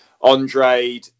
Andre